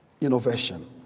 innovation